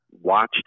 watched